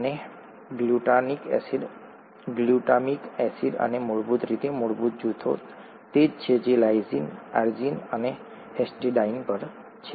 અને glutamic acid અને મૂળભૂત રીતે મૂળભૂત જૂથો તે છે જે લાયસિન આર્જિનિન અને હિસ્ટીડાઇન પર છે